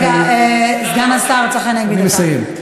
רגע, סגן השר צחי הנגבי, אני מסיים.